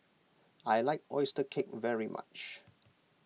I like Oyster Cake very much